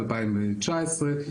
ב-2019,